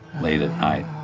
late at night.